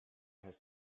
has